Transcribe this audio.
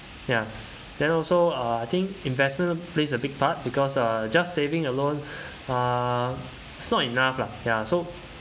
ya then also uh I think investment plays a big part because uh just saving alone uh is not enough lah ya so